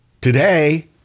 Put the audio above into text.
today